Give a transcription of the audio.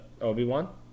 Obi-Wan